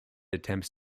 attempts